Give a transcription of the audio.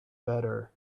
better